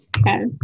Okay